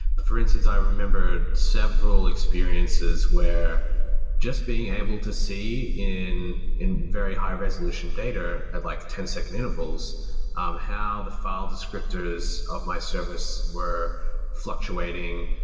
for instance, i remember several experience where just being able to see in in very high resolution data at like ten second intervals um how the file descriptors of my service were fluctuating.